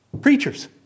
preachers